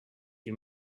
you